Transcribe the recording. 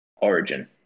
Origin